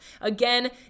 Again